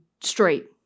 straight